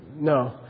No